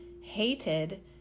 hated